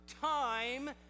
Time